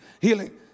healing